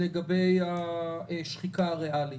לגבי השחיקה הריאלית.